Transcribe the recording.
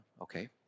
okay